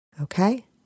Okay